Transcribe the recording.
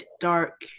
dark